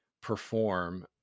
perform